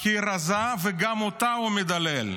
הכי רזה, וגם אותה הוא מדלל.